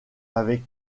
avec